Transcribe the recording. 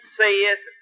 saith